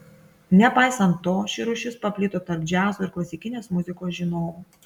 nepaisant to ši rūšis paplito tarp džiazo ir klasikinės muzikos žinovų